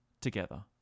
Together